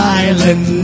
island